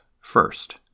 first